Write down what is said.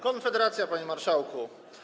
Konfederacja, panie marszałku.